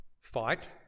Fight